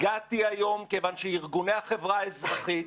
הגעתי היום כיוון שארגוני החברה האזרחית